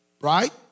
right